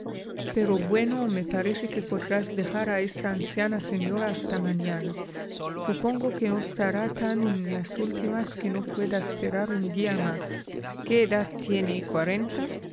pero bueno me parece que podrás dejar a esa anciana señora hasta mañana supongo que no estará tan en las últimas que no pueda esperar un día más qué edad tiene cuarenta